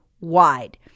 wide